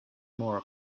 more